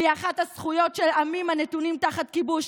והיא אחת הזכויות של עמים הנתונים תחת כיבוש,